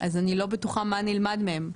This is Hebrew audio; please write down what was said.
אז אני לא בטוחה מה נלמד מהם.